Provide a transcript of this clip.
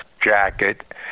jacket